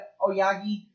Oyagi